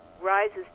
rises